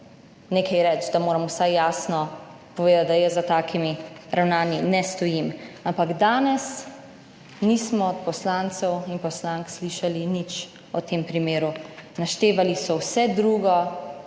nekaj reči, da moram vsaj jasno povedati, da jaz za takimi ravnanji ne stojim, ampak danes nismo od poslancev in poslank slišali nič o tem primeru, naštevali so vse drugo,